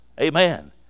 Amen